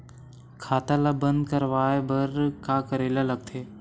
खाता ला बंद करवाय बार का करे ला लगथे?